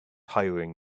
hiring